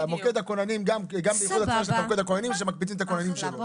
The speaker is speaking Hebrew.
וגם יש את מוקד הכוננים שמקפיצים את הכוננים שלו.